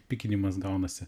pykinimas gaunasi